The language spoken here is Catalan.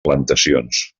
plantacions